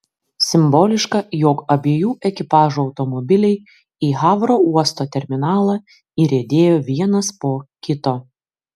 simboliška jog abiejų ekipažų automobiliai į havro uosto terminalą įriedėjo vienas po kito